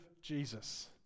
Jesus